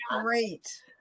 great